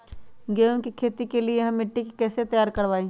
गेंहू की खेती के लिए हम मिट्टी के कैसे तैयार करवाई?